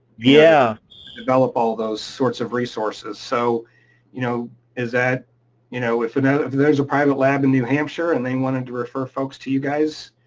yeah develop all those sorts of resources. so you know and you know if and if there's a private lab in new hampshire and they wanted to refer folks to you guys,